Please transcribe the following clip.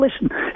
listen